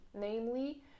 namely